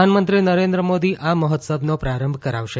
પ્રધાનમંત્રી નરેન્દ્ર મોદી આ મહોત્સવનો પ્રારંભ કરાવશે